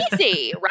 easy